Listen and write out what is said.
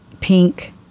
Pink